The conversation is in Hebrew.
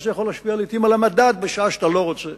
זה יכול להשפיע לעתים על המדד, בשעה שאתה לא רוצה